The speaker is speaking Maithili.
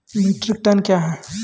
मीट्रिक टन कया हैं?